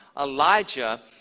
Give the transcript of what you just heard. Elijah